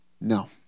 No